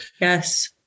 Yes